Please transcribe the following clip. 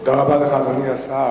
תודה רבה לך, אדוני השר.